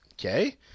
okay